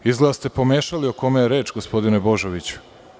Izgleda da ste pomešali o kome je reč, gospodine Božoviću.